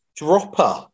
Dropper